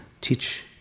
teach